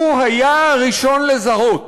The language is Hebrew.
הוא היה הראשון לזהות